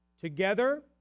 Together